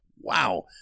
Wow